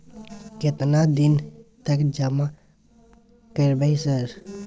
केतना दिन तक जमा करबै सर?